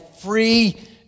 free